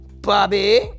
Bobby